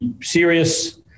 serious